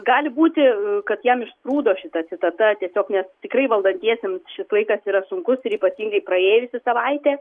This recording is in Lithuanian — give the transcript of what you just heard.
gali būti kad jam išsprūdo šita citata tiesiog nes tikrai valdantiesiems šis laikas yra sunkus ir ypatingai praėjusi savaitė